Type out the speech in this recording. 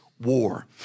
war